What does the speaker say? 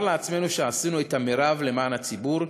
לעצמנו שעשינו את המרב למען הציבור.